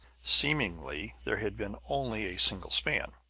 seemingly there had been only a single span.